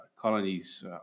colonies